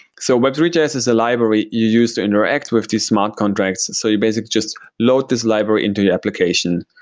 so but three point j s is a library you use to interact with the smart contracts. so you basically just load this library into the application.